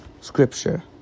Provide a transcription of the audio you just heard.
scripture